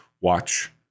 watch